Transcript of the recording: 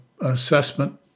assessment